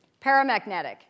Paramagnetic